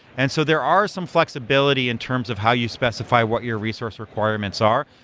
and so there are some flexibility in terms of how you specify what your resource requirements are.